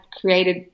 created